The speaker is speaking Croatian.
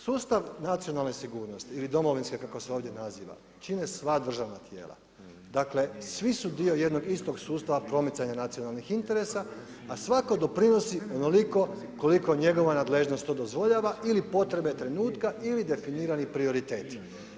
Sustav nacionalne sigurnosti ili domovinske kako se ovdje naziva, čine sva državna tijela, dakle, svi su dio jednog istog sustava promicanja nacionalnih interesa, a svatko doprinosi onoliko koliko njegova nadležnost to dozvoljava ili potrebne trenutka ili definirani prioriteti.